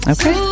Okay